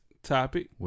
Topic